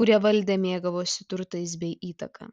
kurie valdė mėgavosi turtais bei įtaka